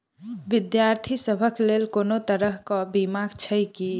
विद्यार्थी सभक लेल कोनो तरह कऽ बीमा छई की?